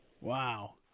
Wow